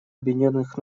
объединенных